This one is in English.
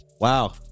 wow